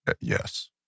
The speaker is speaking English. Yes